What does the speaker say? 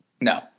No